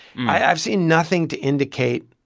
i've seen nothing to indicate,